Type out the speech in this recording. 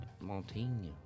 Montaigne